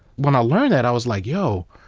when i learned that i was like, yo,